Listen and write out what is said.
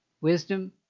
wisdom